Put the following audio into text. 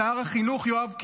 שר החינוך יואב קיש,